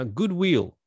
goodwill